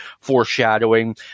foreshadowing